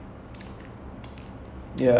tamil problem too no I